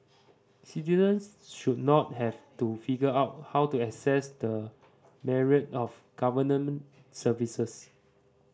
citizens should not have to figure out how to access the myriad of Government services